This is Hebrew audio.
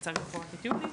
למרות שהצגתי פה רק את יולי.